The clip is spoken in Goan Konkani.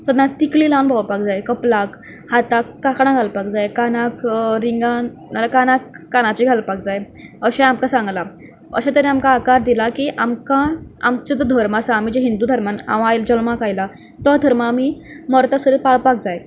सदनाट तिकली लावन भोंवपाक जाय कपलाक हाताक कांकणां घालपाक जाय कानाक रिंगां नाजाल्यार कानाक कानाचीं घालपाक जाय अशें आमकां सांगलां अशें तरे आमकां आकार दिला की आमकां आमचो जो धर्म आसा आमी जे हिंदू धर्मान हांव आयला जल्माक आयलां तो धर्म आमी मरतासर पाळपाक जाय